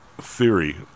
theory